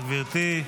גברתי.